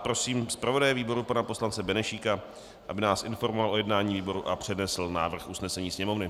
Prosím zpravodaje výboru pana poslance Benešíka, aby nás informoval o jednání výboru a přednesl návrh usnesení Sněmovny.